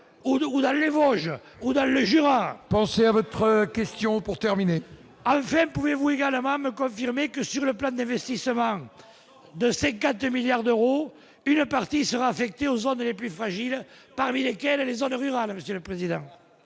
ou dans les Vosges ou dans le Jura. Pensez à votre question pour terminer. Vrai, pouvez-vous également me confirmer que sur le plan d'investissement de 5 à 2 milliards d'euros, une partie sera affectée aux zones les plus fragiles, parmi lesquels les zones rurales, monsieur le Président.